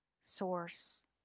source